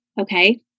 Okay